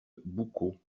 boucau